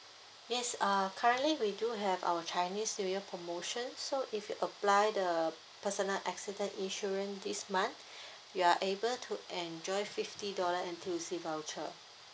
yes uh currently we do have our chinese new year promotion so if you apply the personal accident insurance this month you are able to enjoy fifty dollar N_T_U_C voucher